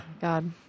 God